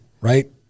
right